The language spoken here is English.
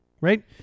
right